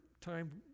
time